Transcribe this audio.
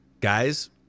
guys